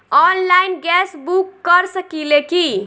Online gas book कर सकिले की?